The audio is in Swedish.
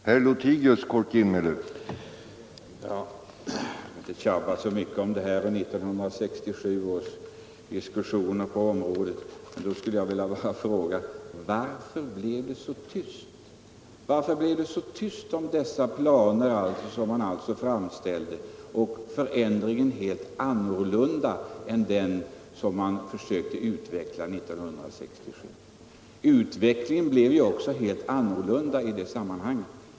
Herr talman! Vi skall inte tjata om 1967 års diskussioner på området, men jag skulle vilja fråga: Varför blev det så tyst om de planer som man lade fram och varför blev förändringen helt annorlunda än den man försökte åstadkomma genom beslutet 1967? Utvecklingen blev ju också en helt annan. än den avsedda.